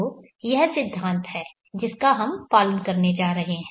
तो यह सिद्धांत है जिसका हम पालन करने जा रहे हैं